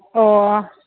ꯑꯣ